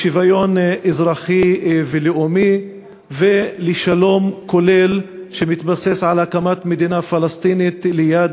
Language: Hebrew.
לשוויון אזרחי ולאומי ולשלום כולל שמתבסס על הקמת מדינה פלסטינית ליד